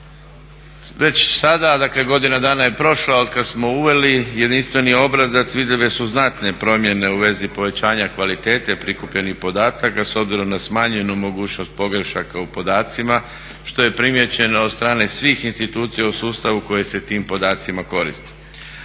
vlasti. Dakle, godina dana je prošla otkad smo uveli jedinstveni obrazac i vidljive su znatne promjene u vezi povećanja kvalitete prikupljenih podataka s obzirom na smanjenu mogućnost pogrešaka u podacima što je primijećeno od strane svih institucija u sustavu koje se tim podacima koriste.